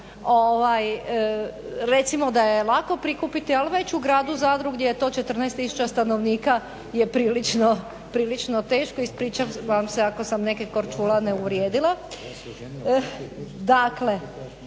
recimo da je lako prikupiti, ali već u Gradu Zadru gdje je to 14 tisuća stanovnika je prilično teško, ispričavam se ako sam neke Korčulane uvrijedila.